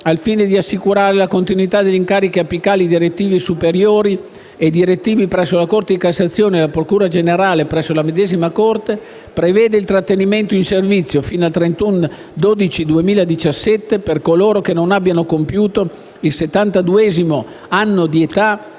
al fine di assicurare la continuità negli incarichi apicali, direttivi superiori e direttivi presso la Corte di Cassazione e la Procura Generale della medesima Corte, prevede il trattenimento in servizio, fino al 31 dicembre 2017, per coloro che non abbiano compiuto il settantaduesimo anno di età